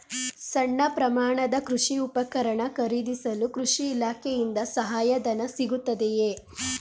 ಸಣ್ಣ ಪ್ರಮಾಣದ ಕೃಷಿ ಉಪಕರಣ ಖರೀದಿಸಲು ಕೃಷಿ ಇಲಾಖೆಯಿಂದ ಸಹಾಯಧನ ಸಿಗುತ್ತದೆಯೇ?